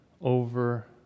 over